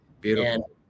Beautiful